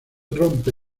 rompe